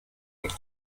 und